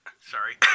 Sorry